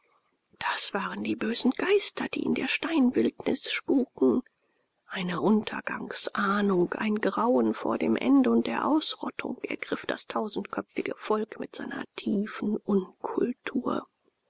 das waren die bösen geister die in der steinwildnis spuken eine untergangsahnung ein grauen vor dem ende und der ausrottung ergriff das tausendköpfige volk mit seiner tiefen unkultur